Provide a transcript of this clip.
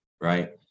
right